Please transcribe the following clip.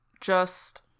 just-